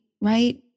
Right